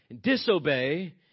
Disobey